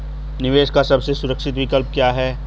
निवेश का सबसे सुरक्षित विकल्प क्या है?